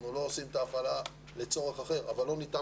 אנחנו לא עושים את ההפעלה לצורך אחר אבל לא ניתן